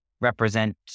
represent